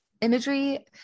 imagery